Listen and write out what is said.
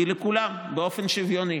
היא לכולם באופן שוויוני.